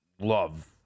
love